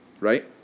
right